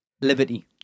Liberty